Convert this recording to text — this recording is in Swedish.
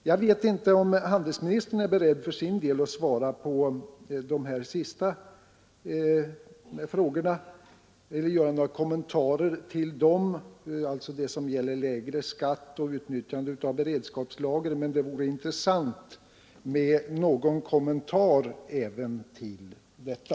Jag vet inte om handelsministern är beredd att för sin del besvara eller göra några kommentarer till de två sista frågorna, om lägre skatt och om utnyttjande av beredskapslager, men det vore intressant om handelsministern ville säga några ord även om detta.